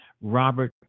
Robert